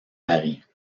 paris